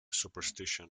superstition